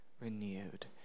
renewed